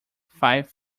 five